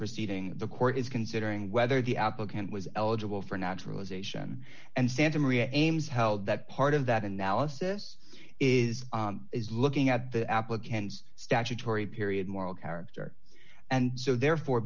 proceedings the court is considering whether the applicant was eligible for naturalization and santa maria aims how that part of that analysis is is looking at the applicant's statutory period moral character and so therefore